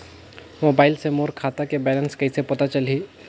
Mobile मे मोर खाता के बैलेंस कइसे पता चलही?